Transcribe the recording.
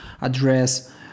address